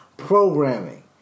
Programming